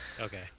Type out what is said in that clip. Okay